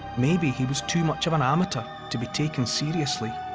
maybe he was too much of an amateur to be taken seriously.